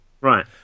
Right